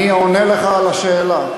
אני עונה לך על השאלה.